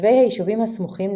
תושבי היישובים הסמוכים,